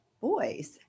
boys